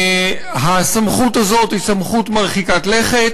הסמכות הזאת היא סמכות מרחיקת לכת,